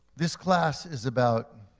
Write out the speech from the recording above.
this class is about